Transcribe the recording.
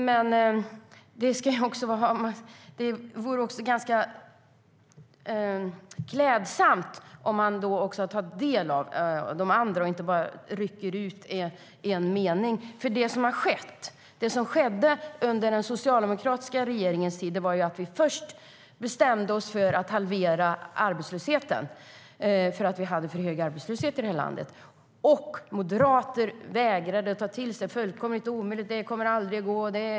Men det vore klädsamt om man då också tog del av det andra och inte bara rycker ut en mening. Det som skedde under den socialdemokratiska regeringens tid var att vi först bestämde oss för att halvera arbetslösheten, eftersom vi hade för hög arbetslöshet i landet. Moderaterna vägrade att ta det till sig. De sa att det var fullkomligt omöjligt. Det kommer aldrig att gå.